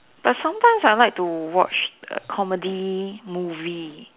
but sometimes I like to watch comedy movie